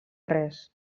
res